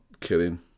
killing